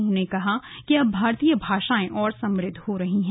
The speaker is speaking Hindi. उन्होंने कहा कि अब भारतीय भाषाएं और समृद्ध हो रही है